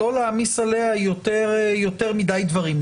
ולא להעמיס עליה יותר מדי דברים.